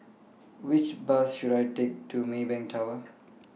Which Bus should I Take to Maybank Tower